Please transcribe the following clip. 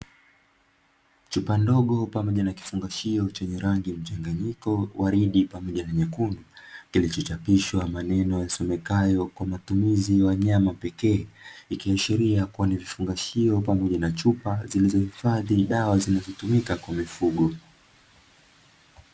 Chupa ndogo pamoja na kifungashio chenye rangi mchanganyiko waridi pamoja na nyekundu, kilicho chapishwa maneno yasomekayo"kwa matumizi wanyama pekee" ikiashiria kuwa ni vifungashio pamoja na chupa zilizo hifadhi dawa zinazotumika kwa mifugo.